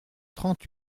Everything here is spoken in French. trente